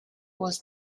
was